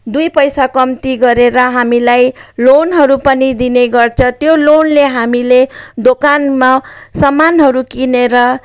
दुई पैसा कम्ती गरेर हामीलाई लोनहरू पनि दिने गर्छ त्यो लोनले हामीले दोकानमा सामानहरू किनेर